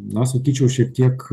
na sakyčiau šiek tiek